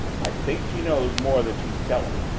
i think she knows more than she's telling.